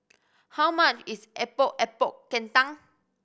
how much is Epok Epok Kentang